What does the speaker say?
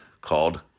called